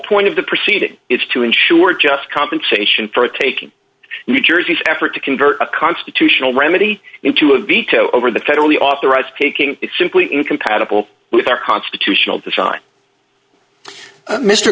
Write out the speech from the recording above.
point of the proceeding is to ensure just compensation for taking new jersey's effort to convert a constitutional remedy into a veto over the federally authorized taking it simply incompatible with our constitutional design